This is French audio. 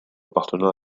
appartenant